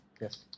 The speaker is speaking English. yes